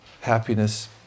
happiness